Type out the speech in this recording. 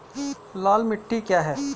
लाल मिट्टी क्या है?